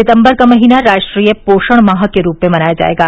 सितंबर का महीना राष्ट्रीय पोषण माह के रूप में मनाया जाएगा